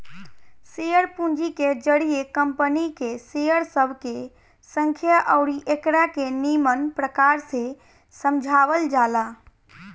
share पूंजी के जरिए कंपनी के शेयर सब के संख्या अउरी एकरा के निमन प्रकार से समझावल जाला